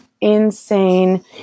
insane